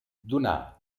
donà